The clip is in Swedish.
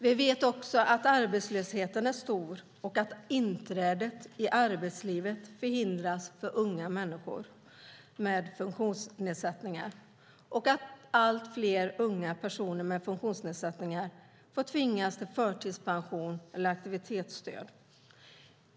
Vi vet att arbetslösheten är stor, att inträdet i arbetslivet förhindras för unga människor med funktionsnedsättningar och att allt fler unga personer med funktionsnedsättningar tvingas till förtidspension eller aktivitetsstöd.